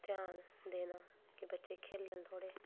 ध्यान देना कि बच्चे खे'ल्लन थोह्डे़